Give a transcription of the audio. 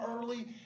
early